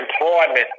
employment